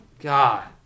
God